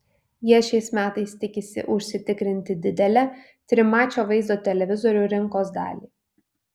jie šiais metais tikisi užsitikrinti didelę trimačio vaizdo televizorių rinkos dalį